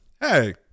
Hey